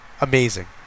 Amazing